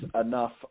enough